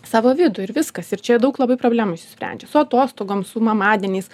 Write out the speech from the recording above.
savo vidų ir viskas ir čia daug labai problemų išsisprendžia su atostogom su mamadieniais